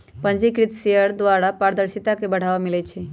पंजीकृत शेयर द्वारा पारदर्शिता के बढ़ाबा मिलइ छै